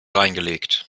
reingelegt